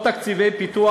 או תקציבי פיתוח,